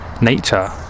nature